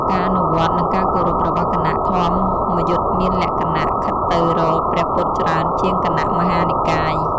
ការអនុវត្ត និងការគោរពរបស់គណៈធម្មយុត្តិមានលក្ខណៈខិតទៅរកព្រះពុទ្ធច្រើនជាងគណៈមហានិកាយ។